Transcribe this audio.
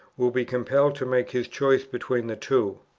will be compelled to make his choice between the two.